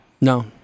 No